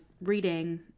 reading